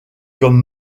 comme